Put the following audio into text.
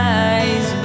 eyes